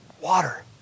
water